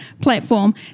platform